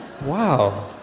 Wow